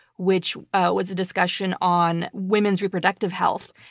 which was a discussion on women's reproductive health.